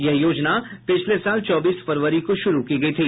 यह योजना पिछले साल चौबीस फरवरी को शुरू की गई थी